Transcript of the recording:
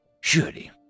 Surely